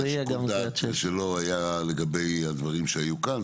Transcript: יהיה עד 18:00. שיקול הדעת שלו היה לגבי הדברים שהיו כאן,